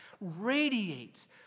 radiates